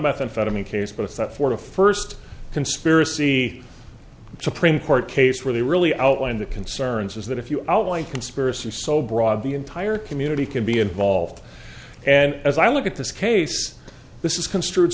the case but it's that for the first conspiracy supreme court case where they really outlined the concerns is that if you out one conspiracy is so broad the entire community can be involved and as i look at this case this is construed